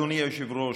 אדוני היושב-ראש,